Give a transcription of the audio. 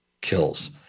kills